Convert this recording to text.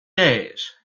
days